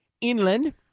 Inland